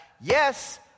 Yes